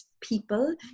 people